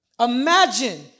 Imagine